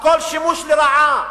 הכול שימוש לרעה,